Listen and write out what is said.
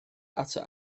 eto